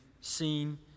seen